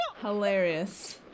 Hilarious